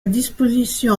disposition